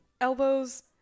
elbows